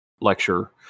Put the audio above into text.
lecture